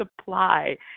supply